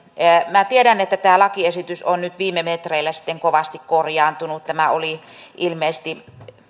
minä tiedän että tämä lakiesitys on nyt viime metreillä sitten kovasti korjaantunut tämä oli ilmeisesti